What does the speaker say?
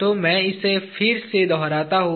तो मैं इसे फिर से दोहराता हूँ